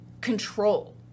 control